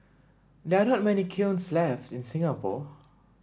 there are not many kilns left in Singapore